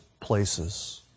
places